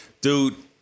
Dude